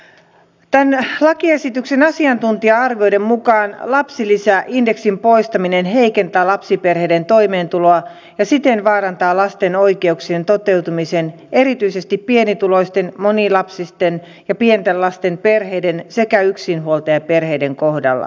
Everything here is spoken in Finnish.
tämän lakiesityksen asiantuntija arvioiden mukaan lapsilisäindeksin poistaminen heikentää lapsiperheiden toimeentuloa ja siten vaarantaa lasten oikeuksien toteutumisen erityisesti pienituloisten monilapsisten ja pienten lasten perheiden sekä yksinhuoltajaperheiden kohdalla